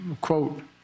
quote